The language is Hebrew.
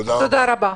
תודה רבה.